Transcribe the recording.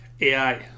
AI